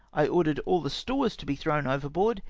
i ordered au the stores to be thrown overboard,